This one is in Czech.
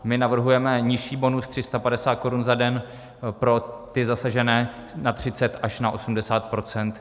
My navrhujeme nižší bonus 350 korun za den pro ty zasažené na 30 až 80 %.